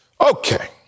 Okay